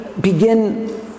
begin